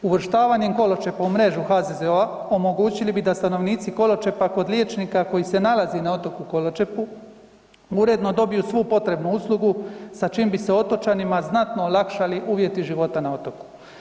Uvrštavanjem Koločepa u mrežu HZZO-a omogućili bi da stanovnici Koločepa kod liječnika koji se nalazi na otoku Koločepu uredno dobiju svu potrebnu uslugu sa čim bi se otočanima znatno olakšali uvjeti života na otoku.